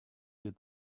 did